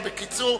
אבל בקיצור.